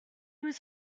was